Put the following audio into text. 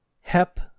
hep